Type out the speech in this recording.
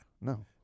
no